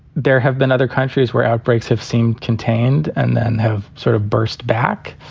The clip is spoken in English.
there have been other countries where outbreaks have seemed contained and then have sort of burst back.